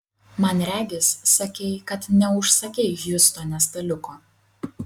man regis sakei kad neužsakei hjustone staliuko